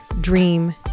dream